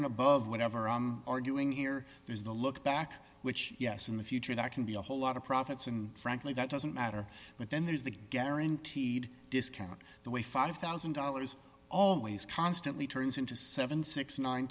and above whatever arguing here is the look back which yes in the future that can be a whole lot of profits and frankly that doesn't matter but then there's the guaranteed discount the way five thousand dollars always constantly turns into seven